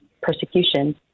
persecution